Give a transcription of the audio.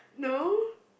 no